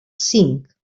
cinc